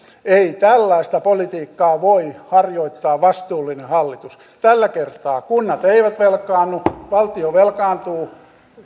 ei tällaista politiikkaa voi harjoittaa vastuullinen hallitus tällä kertaa kunnat eivät velkaannu valtio velkaantuu